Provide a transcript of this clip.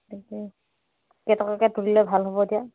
তাকে কেইটকাকে তুলিলে ভাল হ'ব এতিয়া